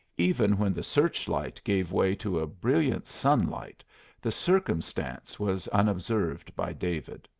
even when the search-light gave way to a brilliant sunlight the circumstance was unobserved by david.